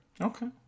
Okay